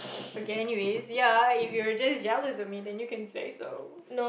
okay anyways ya if you're just jealous of me then you can say so